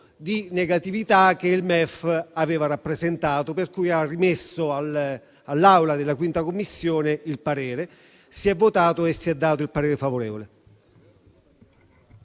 di negatività che il MEF aveva rappresentato. Quindi, ha rimesso all'Aula della 5ª Commissione il parere. Si è votato e si è così dato parere favorevole